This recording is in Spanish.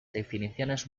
definiciones